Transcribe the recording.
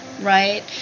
right